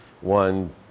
One